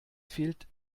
fehlt